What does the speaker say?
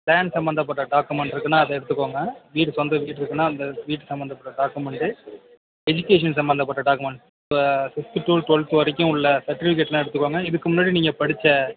land சம்மந்தப்பட்ட document இருக்குனால் அதை எடுத்துக்கோங்க வீடு சொந்த வீடு இருக்குனால் அந்த வீடு சம்மந்தப்பட்ட டாக்குமெண்டு எஜிகேஷன் சம்மந்தப்பட்ட டாக்குமெண்ட் இந்த ஃபிஃப்த் டு டுவெல்த்து வரைக்கும் உள்ள சர்டிஃபிகேட்லாம் எடுத்துக்கோங்க இதுக்கு முன்னாடி நீங்கள் படித்த